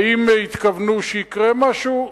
האם התכוונו שיקרה משהו?